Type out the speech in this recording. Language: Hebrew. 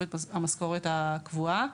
אחרי שלושה חודשים הוא שוב מקבל את המשכורת הקבועה.